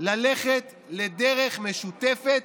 ללכת לדרך משותפת,